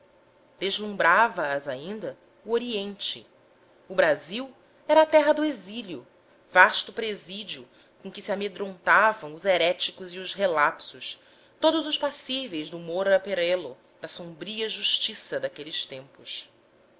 conquistadores deslumbrava as ainda o oriente o brasil era a terra do exílio vasto presídio com que se amedrontavam os heréticos e os relapsos todos os passíveis do morra per ello da sombria justiça daqueles tempos